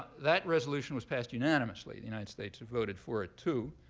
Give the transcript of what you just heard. that resolution was passed unanimously. the united states had voted for it, too.